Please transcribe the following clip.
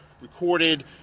recorded